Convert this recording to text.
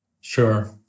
Sure